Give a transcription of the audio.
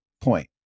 point